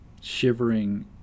shivering